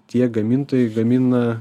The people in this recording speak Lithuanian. tie gamintojai gamina